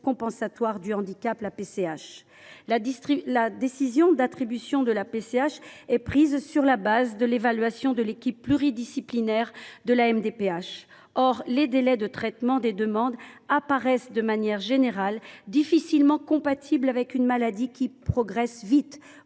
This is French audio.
compensation du handicap. La décision d’attribution de la PCH est prise sur la base de l’évaluation réalisée par l’équipe pluridisciplinaire de la MDPH. Or les délais de traitement des demandes apparaissent, de manière générale, difficilement compatibles avec une maladie qui progresse aussi